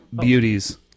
beauties